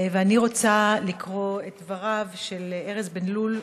אני רוצה לקרוא את דבריו של ארז בן לול,